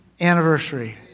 anniversary